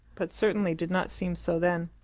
but certainly did not seem so then.